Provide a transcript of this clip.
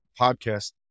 podcast